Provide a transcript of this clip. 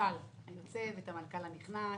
המנכ"ל הנכנס.